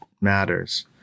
matters